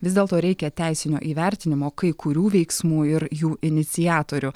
vis dėlto reikia teisinio įvertinimo kai kurių veiksmų ir jų iniciatorių